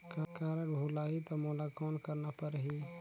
Card भुलाही ता मोला कौन करना परही?